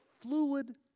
fluid